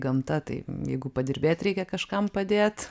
gamta tai jeigu padirbėt reikia kažkam padėt